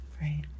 Right